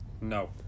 no